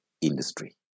industry